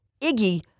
Iggy